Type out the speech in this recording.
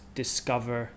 discover